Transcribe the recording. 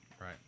right